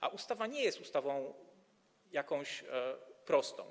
A ustawa nie jest ustawą jakąś prostą.